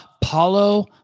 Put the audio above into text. Paulo